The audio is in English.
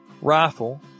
rifle